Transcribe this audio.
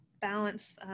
balance